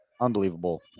unbelievable